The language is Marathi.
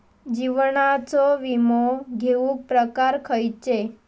जीवनाचो विमो घेऊक प्रकार खैचे?